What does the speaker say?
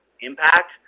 impact